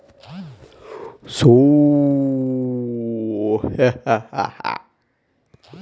ಪಶುಸಂಗೋಪನೆ ಇಲಾಖೆಯಿಂದ ರೈತರಿಗೆ ಪ್ರಾಣಿಗಳನ್ನು ಸಾಕಲು ಯಾವ ತರದ ಸಹಾಯವೆಲ್ಲ ಮಾಡ್ತದೆ?